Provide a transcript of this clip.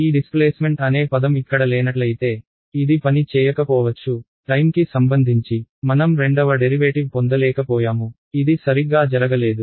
ఈ డిస్ప్లేస్మెంట్ అనే పదం ఇక్కడ లేనట్లయితే ఇది పని చేయకపోవచ్చు టైమ్కి సంబంధించి మనం రెండవ డెరివేటివ్ పొందలేకపోయాము ఇది సరిగ్గా జరగలేదు